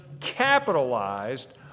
capitalized